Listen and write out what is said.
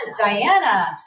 Diana